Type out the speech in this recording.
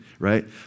right